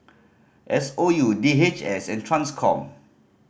S O U D H S and Transcom